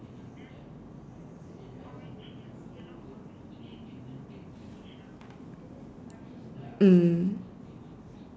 mm